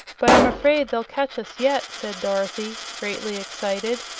but, i'm afraid they'll catch us yet, said dorothy, greatly excited.